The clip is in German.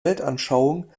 weltanschauung